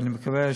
ואני מקווה,